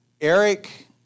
Eric